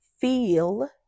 feel